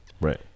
Right